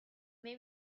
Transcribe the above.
may